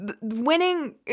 winning